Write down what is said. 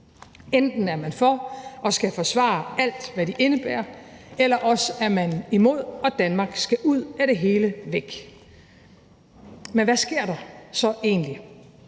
Enten er man for og skal forsvare alt, hvad det indebærer, eller også er man imod, og så skal Danmark ud af det hele, væk. Men hvad sker der så egentlig?